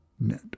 net